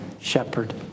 shepherd